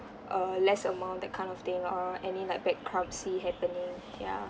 err less amount that kind of thing or any like bankruptcy happening ya